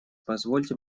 позвольте